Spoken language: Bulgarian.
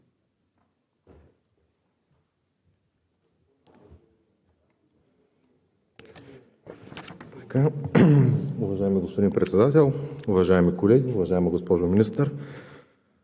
Уважаеми господин Председател, уважаеми колеги, уважаема госпожо Министър!